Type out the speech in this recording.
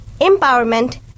empowerment